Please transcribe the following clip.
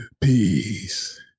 peace